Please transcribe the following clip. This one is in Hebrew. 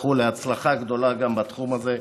הצלחה גדולה גם בתחום הזה.